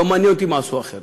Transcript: לא מעניין אותי מה עשו אחרים,